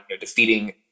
defeating